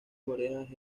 orejas